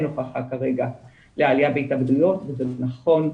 הוכחה כרגע לעליה בהתאבדויות וזה נכון,